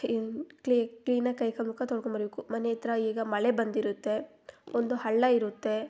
ಕ್ಲೀನಾಗಿ ಕೈ ಕಾಲು ಮುಖ ತೊಳ್ಕೊಂಬರಬೇಕು ಮನೆಯಹತ್ರ ಈಗ ಮಳೆ ಬಂದಿರುತ್ತೆ ಒಂದು ಹಳ್ಳ ಇರುತ್ತೆ